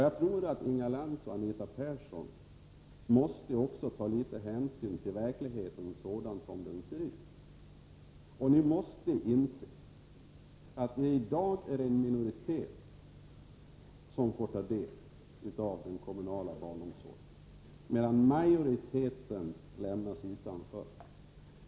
Jag tror att Inga Lantz och Anita Persson måste ta litet hänsyn till verkligheten sådan den ser ut och måste inse att det i dag är en minoritet som får ta del av den kommunala barnomsorgen, medan majoriteten lämnas utanför.